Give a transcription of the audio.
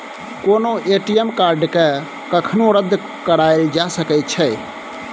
कोनो ए.टी.एम कार्डकेँ कखनो रद्द कराएल जा सकैत छै